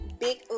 Big